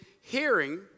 hearing